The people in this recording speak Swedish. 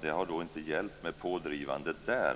Det har inte hjälpt med pådrivandet där,